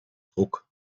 druck